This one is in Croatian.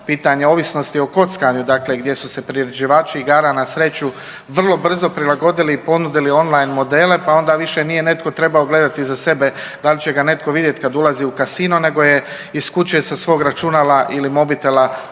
pitanja ovisnosti o kockanju, dakle gdje su se priređivači igara na sreću vrlo brzo prilagodili i ponudili on line modele, pa onda više nije netko trebao gledati za sebe da li će ga netko vidjeti kad ulazi u casino nego je iz kuće sa svog računala ili mobitela